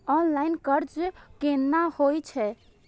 Online कर्ज केना होई छै?